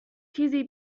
چیزی